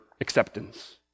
acceptance